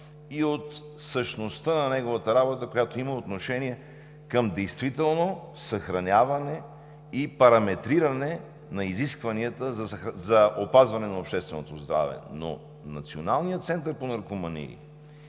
и от същността на неговата работа, която има отношение към действително съхраняване и параметриране на изискванията за опазване на общественото здраве. Националният център по наркомании